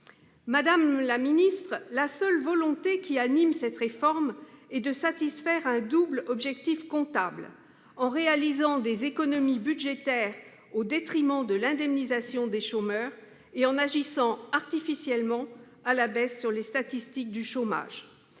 Madame la ministre, la seule volonté qui sous-tend cette réforme est d'atteindre un double objectif comptable, en réalisant des économies budgétaires au détriment de l'indemnisation des chômeurs et en agissant artificiellement à la baisse sur les statistiques du chômage.